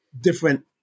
different